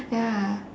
ya